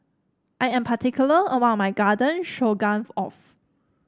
I am particular about my Garden Stroganoff